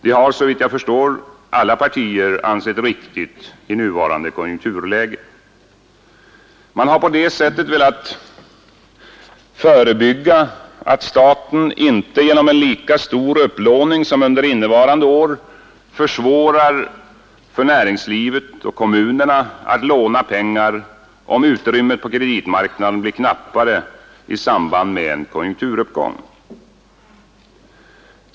Det har, såvitt jag förstår, alla partier ansett riktigt i nuvarande konjunkturläge. Man har på det sättet velat förebygga att staten genom en lika stor upplåning som under innevarande år försvårar för näringslivet och kommunerna att låna pengar, om utrymmet på kreditmarknaden blir knappare i samband med en konjunkturuppgång.